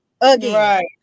Again